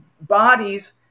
bodies